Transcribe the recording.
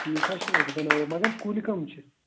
ٹھیٖک حظ چھُ أسۍ بَناوو مگر کُلۍ کَم چھِ